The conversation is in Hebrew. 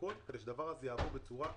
הכול כדי שהדבר הזה יעבוד בצורה מקצועית,